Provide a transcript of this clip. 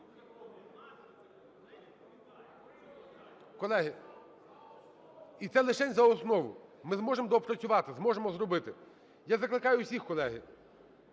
Колеги, і це лишень за основу, ми зможемо доопрацювати, зможемо зробити. Я закликаю усіх, колеги,